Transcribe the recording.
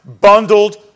bundled